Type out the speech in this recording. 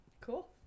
Cool